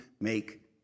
make